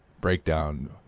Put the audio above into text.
breakdown